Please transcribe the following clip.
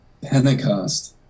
Pentecost